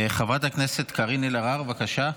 חברת הכנסת קארין אלהרר, בבקשה.